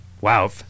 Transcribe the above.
Wow